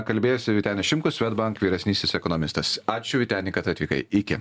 kalbėjosi vytenis šimkus swedbank vyresnysis ekonomistas ačiū vyteni kad atvykai iki